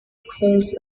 closed